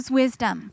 wisdom